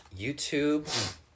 YouTube